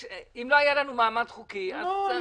לא היה לנו מעמד חוקי --- אני מסכים.